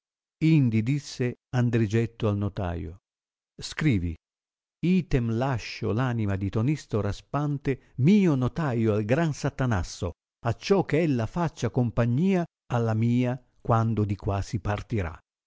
indi disse andrigetto al notaio scrivi itera lascio t anima di tonisto raspante mio notaio al gran satanasso acciò che ella faccia compagnia alla mia quando di qua sì partirà